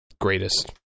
greatest